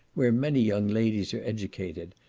where many young ladies are educated,